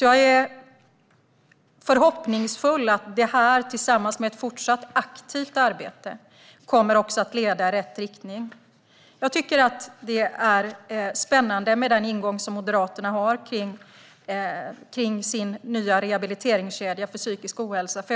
Jag är förhoppningsfull när det gäller att det här tillsammans med ett fortsatt aktivt arbete kommer att leda i rätt riktning. Den ingång som Moderaterna har i sin nya rehabiliteringskedja för psykisk ohälsa är spännande.